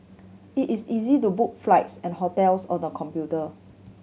it is easy to book flights and hotels on the computer